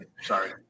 Sorry